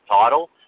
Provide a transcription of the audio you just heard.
title